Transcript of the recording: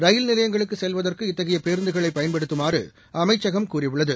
ரயில் நிலையங்களுக்குச் செல்வதற்கும் இத்தகைய பேருந்துகளை பயன்படுத்தமாறு அமைச்சகம் கூறியுள்ளது